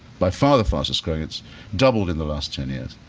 by far the fastest growing, it's doubled in the last ten years.